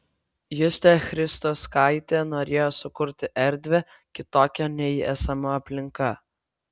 justė christauskaitė norėjo sukurti erdvę kitokią nei esama aplinka